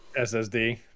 SSD